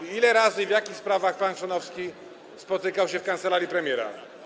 Ile razy i w jakich sprawach pan Chrzanowski spotykał się w kancelarii premiera?